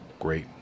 great